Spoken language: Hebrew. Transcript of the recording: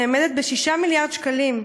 היא נאמדת ב-6 מיליארד שקלים,